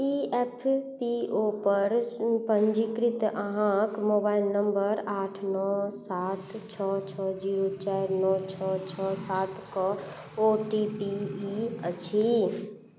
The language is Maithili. ई पी एफ ओ पर पञ्जीकृत अहाँके मोबाइल नम्बर आठ नओ सात छओ छओ जीरो चारि नओ छओ छओ सातके ओ टी पी ई अछि